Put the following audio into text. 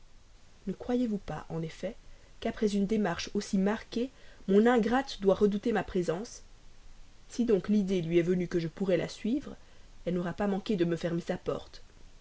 ne croyez-vous pas en effet qu'après une démarche aussi marquée mon ingrate doit redouter ma présence si donc l'idée lui est venue que je pourrais la suivre elle n'aura pas manqué de me fermer sa porte